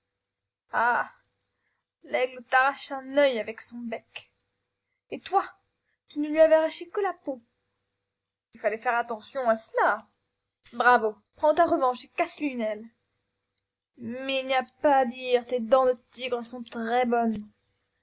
avec son bec et toi tu ne lui avais arraché que la peau il fallait faire attention à cela bravo prends ta revanche et casse-lui une aile il n'y a pas à dire tes dents de tigres sont très bonnes